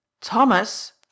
thomas